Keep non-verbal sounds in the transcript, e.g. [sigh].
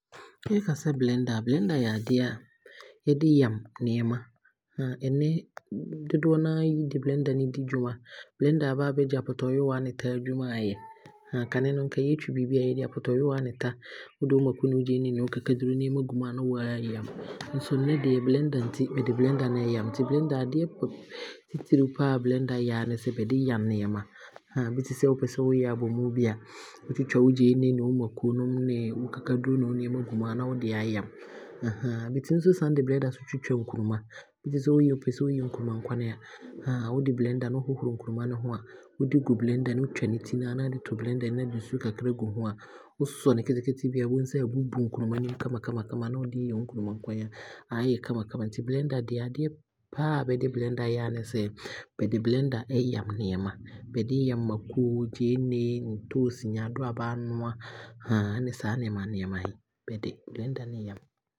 Yɛka sɛ blender a, blender yɛ adeɛ a Yɛde yam nneɛma. [hesitation] Nnɛ dodoɔ no aa de blender ne di dwuma. Blender aaba aabɛgye apotɔyewa ne ta adwuma aayɛ. [hesitation] Kane no nka yɛtwi biibi a, yɛde apotɔyewa ne ta, wode wo mako ne wo gyeene ne wo kakaduro, nneɛma gu mu a na waayam, nso nnɛ deɛ blender nti, bɛde blender na ɛyam. Nti blender adeɛ titire paa blender yɛ aa ne sɛ bɛde yam nneɛma [hesitation] bi te sɛ wopɛsɛ woyɛ abɔmu bi a wotwitwa wo gyeene, wo mako nom ne waakakaduro ne wo nneɛma gum a, na wode aayam. [hesitation] Bɛtumi nso san de blender twitwa Nkruma, bi te sɛ wopɛsɛ wo yɛ nkruma nkwane a, [hesitation] wode blender ne, wohohoro nkruma he ho a, wode gu blender he mu a, wotwa ne ti no a, na wode aato blender he mu na wode nsuo kakra gu ho a, wo sɔ no ketekete bi a, wobɛhu sɛ aabubu nkruma no mu kamakama na wode ɛɛyɛ wo nkruma nkwane a na aayɛ kama kama. Nti blender deɛ, adeɛ paa a bɛde blender yɛ aa ne sɛ bɛde blender yam nneɛma. Bɛde yam mako, gyeene, ntoosi, nyaadoa a baabia [hesitation] ɛne saa nneɛma nneɛma he, bɛde blender na ɛyam.